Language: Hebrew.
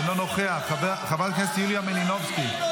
אינו נוכח, חברת הכנסת יוליה מלינובסקי,